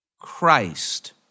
Christ